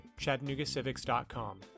chattanoogacivics.com